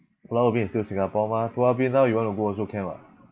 pulau ubin is still Singapore mah pulau ubin now you want to go also can [what]